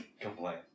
complain